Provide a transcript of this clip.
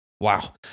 Wow